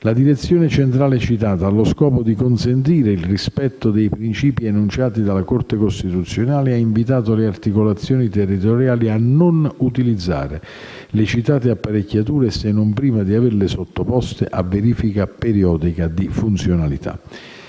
direzione centrale, allo scopo di consentire il rispetto dei principi enunciati dalla Corte costituzionale, ha invitato le articolazioni territoriali a non utilizzare le citate apparecchiature, se non prima di averle sottoposte a verifica periodica di funzionalità.